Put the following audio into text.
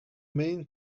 main